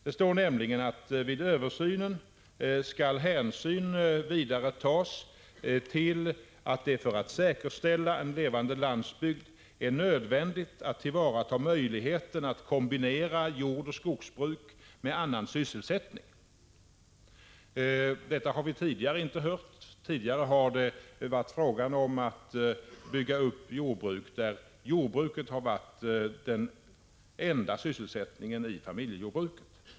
Det står nämligen: ”Vid översynen skall hänsyn vidare tas till att det för att säkerställa en levande landsbygd är nödvändigt att tillvarata möjligheten att kombinera jordoch skogsbruk med annan sysselsättning.” Detta har vi inte hört tidigare, utan då har det varit fråga om att bygga upp jordbruk där jordbruket har varit den enda sysselsättningen i familjejordbruket.